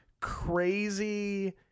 crazy